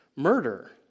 Murder